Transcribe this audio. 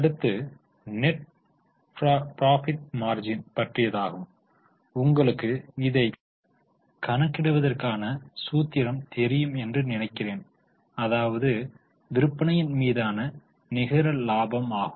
அடுத்து net profit margin பற்றியதாகும் உங்களுக்கு இதை கணக்கிடுவதற்கான சூத்திரம் தெரியும் என்று நினைக்கிறேன் அதாவது விற்பனையின் மீதான நிகர லாபம் ஆகும்